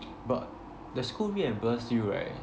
but the school reimburse you right